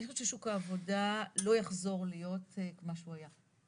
אני חושבת ששוק העבודה לא יחזור להיות מה שהוא היה.